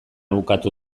bukatu